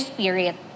Spirit